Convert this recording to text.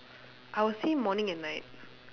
I would see morning and night